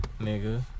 Nigga